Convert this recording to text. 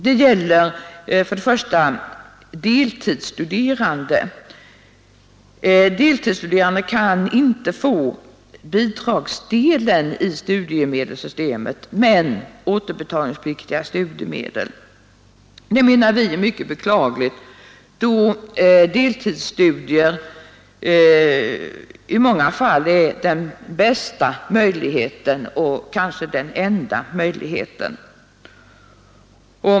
Låt mig först och främst påpeka att deltidsstuderande inte kan få bidragsdelen i studiemedelssystemet men däremot återbetalningspliktiga studiemedel. Det menar vi är mycket beklagligt då deltidsstudier i många fall är den bästa och kanske enda möjligheten.